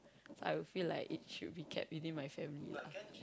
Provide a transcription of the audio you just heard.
I would feel like it should be kept within my family lah